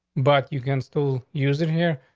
but you can still use it here,